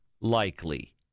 likely